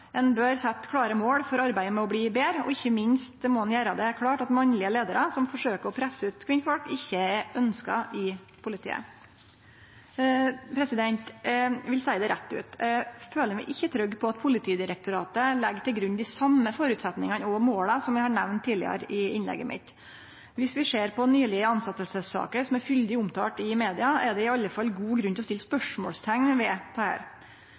Ein bør setje klare mål for arbeidet med å bli betre, og ikkje minst må ein gjere det klart at mannlege leiarar som forsøkjer å presse ut kvinnfolk, ikkje er ønskte i politiet. Eg vil seie det rett ut: Eg føler meg ikkje trygg på at Politidirektoratet legg til grunn dei same føresetnadane og måla som eg har nemnt tidlegare i innlegget mitt. Viss vi ser på nylege tilsettingssaker som er fyldig omtalte i media, er det i alle fall god grunn til å